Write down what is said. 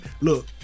Look